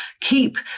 keep